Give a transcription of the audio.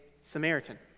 Samaritan